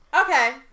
okay